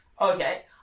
Okay